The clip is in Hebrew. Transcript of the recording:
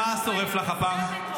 מה שורף לך הפעם?